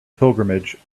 pilgrimage